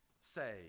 say